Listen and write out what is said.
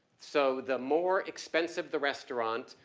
so the more expensive the restaurant,